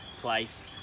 place